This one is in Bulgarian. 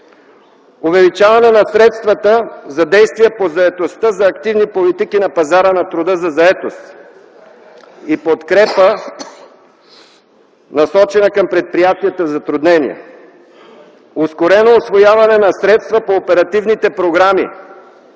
Увеличаване на средствата за действия по заетостта, за активни политики на пазара на труда за заетост и подкрепа, насочена към предприятията в затруднение. Ускорено усвояване на средства по оперативните програми